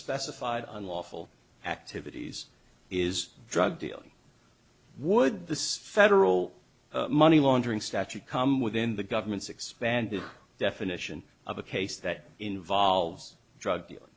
specified unlawful activities is drug dealing would this federal money laundering statute come within the government's expand the definition of a case that involves a drug dealer